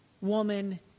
woman